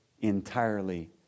entirely